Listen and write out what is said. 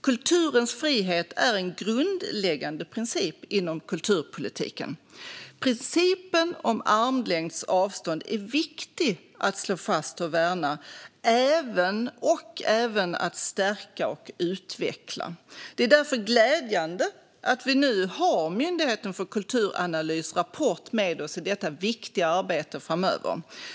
Kulturens frihet är en grundläggande princip inom kulturpolitiken. Principen om armlängds avstånd är viktig att slå fast och värna - och även att stärka och utveckla. Det är därför glädjande att vi nu har Myndigheten för kulturanalys rapport med oss i detta viktiga arbete framöver.